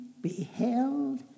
beheld